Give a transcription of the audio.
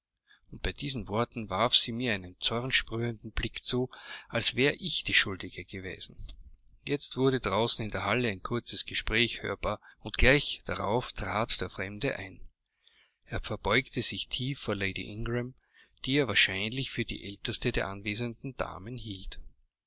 und bei diesen worten warf sie mir einen zornsprühenden blick zu als wäre ich die schuldige gewesen jetzt wurde draußen in der halle ein kurzes gespräch hörbar und gleich darauf trat der fremde ein er verbeugte sich tief vor lady ingram die er wahrscheinlich für die älteste der anwesenden damen hielt